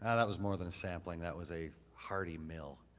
and that was more than a sampling, that was a hearty meal.